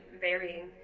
varying